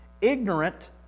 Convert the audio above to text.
ignorant